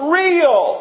real